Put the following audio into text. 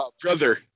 Brother